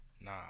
Nah